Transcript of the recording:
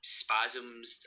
spasms